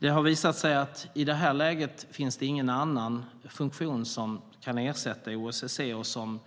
Det har visat sig att i det här läget finns det ingen annan funktion som kan ersätta OSSE och som